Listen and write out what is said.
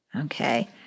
Okay